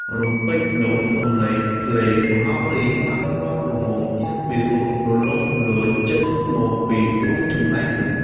រំពេចនោះ សំលេងភ្លេង មហោរីបានលាន់រងំយ៉ាងពីរោះលន្លង់លន្លោចចេញមក ពីរូងចំលែកនោះ ។